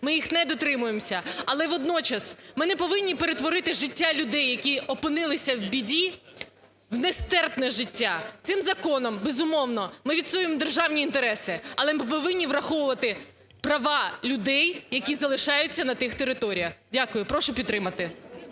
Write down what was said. ми їх не дотримуємося. Але водночас ми не повинні перетворити життя людей, які опинилися у біді, в нестерпне життя. Цим законом, безумовно, ми відстоюємо державні інтереси, але ми повинні враховувати права людей, які залишаться на тих територіях. Дякую. Прошу підтримати.